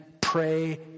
pray